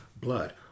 blood